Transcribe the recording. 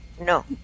No